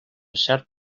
cert